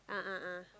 a'ah a'ah